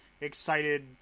excited